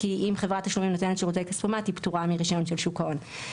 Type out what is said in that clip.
כי אם חברת תשלומים נותנת שירותי כספומט היא פטורה מרישיון של שוק ההון,